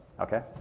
Okay